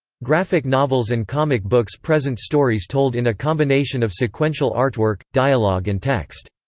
graphic novels and comic books present stories told in a combination of sequential artwork, dialogue and text.